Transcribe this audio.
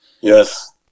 Yes